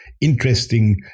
interesting